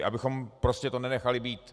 Abychom to prostě nenechali být.